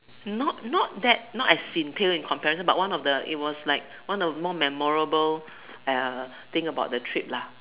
not not that not as in pale in comparison but one of the it was like one of more memorable uh thing about the trip lah